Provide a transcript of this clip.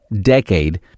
decade